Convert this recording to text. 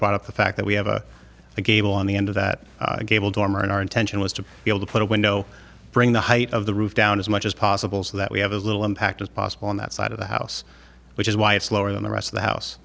of the fact that we have a gable on the end of that gable dormer in our intention was to be able to put a window bring the height of the roof down as much as possible so that we have as little impact as possible on that side of the house which is why it's lower than the rest of the house